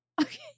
Okay